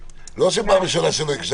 לצורך ההיערכות לשנת הלימודים